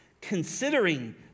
Considering